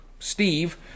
Steve